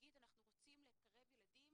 נגיד אנחנו רוצים לקרב ילדים